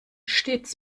stets